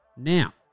Now